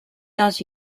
dans